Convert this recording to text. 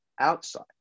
outside